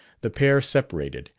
the pair separated,